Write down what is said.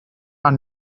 are